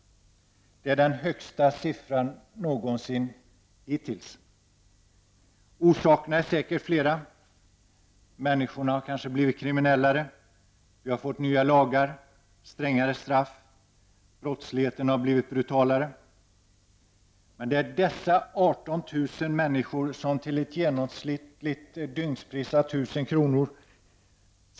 Det är den högsta siffran någonsin hittills. Orsakerna är säkert flera. Människorna har kanske blivit kriminellare. Det har tillkommit nya lagar och strängare straff. Brottsligheten har blivit brutalare. Det är dessa 18 000 människor som till ett genomsnittligt dygnspris av 1 000 kr.